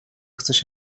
chcesz